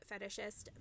fetishist